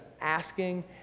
asking